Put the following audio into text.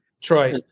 Troy